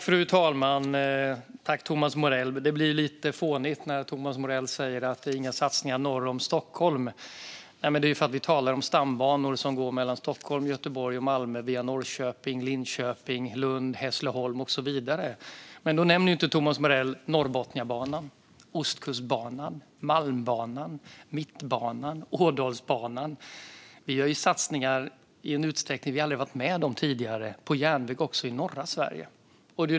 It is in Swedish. Fru talman! Det blir lite fånigt när Thomas Morell säger att det inte sker några satsningar norr om Stockholm. Det är för att vi talar om stambanor som går mellan Stockholm, Göteborg och Malmö via Norrköping, Linköping, Lund, Hässleholm och så vidare. Då nämner inte Thomas Morell Norrbotniabanan, Ostkustbanan, Malmbanan, Mittbanan och Ådalsbanan. Det görs satsningar på järnväg även i norra Sverige i en utsträckning vi aldrig har varit med om tidigare.